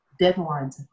Deadlines